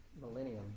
millennium